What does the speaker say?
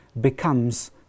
becomes